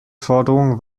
forderung